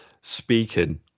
speaking